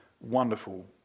wonderful